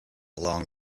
along